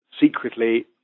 secretly